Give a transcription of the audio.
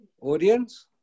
Audience